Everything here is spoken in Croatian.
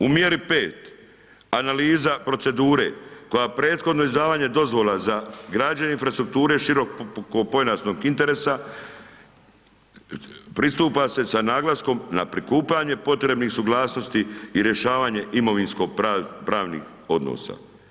U mjeri 5. analiza procedure koja prethodno izdavanje dozvola za građenje infrastrukture širokopojasnog interesa pristupa se sa naglaskom na prikupljanje potrebnih suglasnosti i rješavanje imovinsko pravnih odnosa.